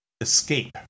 escape